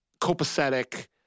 copacetic